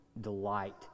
Delight